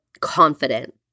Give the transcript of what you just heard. confident